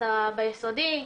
כשאתה ביסודי,